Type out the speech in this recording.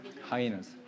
Hyenas